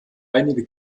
einige